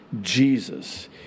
Jesus